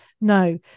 No